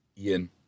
Ian